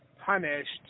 punished